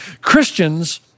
Christians